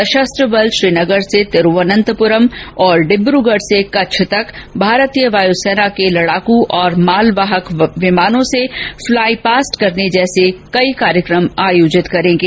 सशस्त्र बल श्रीनगर से तिरूवन्तपुरम और डिब्रगढ से कच्छ तक भारतीय वायुसेना के लडाकू और मालवाहक विमानों से फ्लाई पास्ट करने जैसे कई कार्यक्रम आयोजित करेंगे